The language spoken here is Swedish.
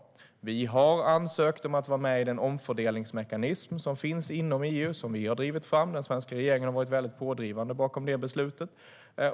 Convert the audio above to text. Vi har ansökt om att vara med i den omfördelningsmekanism som finns inom EU och som vi har drivit fram. Den svenska regeringen har varit pådrivande bakom det beslutet.